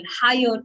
higher